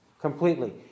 Completely